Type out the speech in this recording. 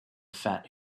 fat